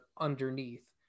underneath